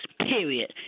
period